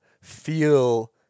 feel